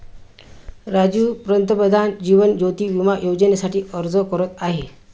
राजीव पंतप्रधान जीवन ज्योती विमा योजनेसाठी अर्ज करत आहे